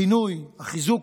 הפינוי, החיזוק.